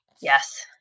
Yes